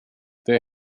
they